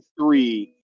three